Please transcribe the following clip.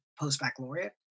post-baccalaureate